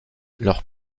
leur